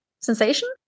sensation